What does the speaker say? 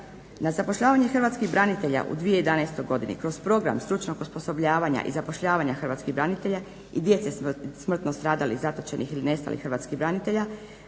Na zapošljavanje hrvatskih branitelja u 2011.godini kroz program stručnog osposobljavanja i zapošljavanja hrvatskih branitelja i djece smrtno stradalih, zatočenih ili nestalih hrvatskih branitelja